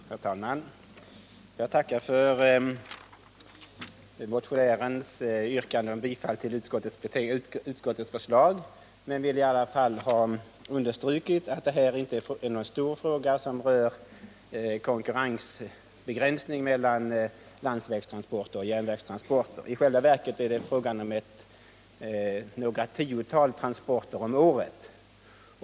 Herr talman! Jag tackar för huvudmotionärens yrkande om bifall till utskottets förslag men vill i alla fall understryka att det här inte är någon stor fråga som rör begränsning av konkurrensen mellan landsvägsoch järnvägstransporter. I själva verket är det fråga om några tiotal transporter om året.